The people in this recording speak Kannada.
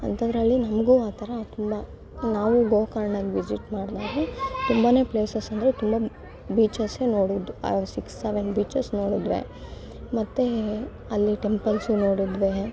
ಅಂಥದ್ರಲ್ಲಿ ನಮಗೂ ಆ ಥರ ತುಂಬ ನಾವು ಗೋಕರ್ಣಕ್ಕೆ ವಿಸಿಟ್ ಮಾಡುವಾಗ ತುಂಬನೇ ಪ್ಲೇಸಸಂದ್ರೆ ತುಂಬ ಬೀಚಸ್ಸೇ ನೋಡೋದು ಅಲ್ಲಿ ಸಿಕ್ಸ್ ಸೆವೆನ್ ಬೀಚಸ್ ನೋಡಿದ್ವಿ ಮತ್ತೆ ಅಲ್ಲಿ ಟೆಂಪಲ್ಸು ನೋಡಿದ್ವಿ